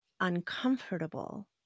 uncomfortable